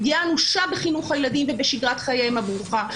פגיעה אנושה בחינוך הילדים ובשגרת חייהם הברוכה.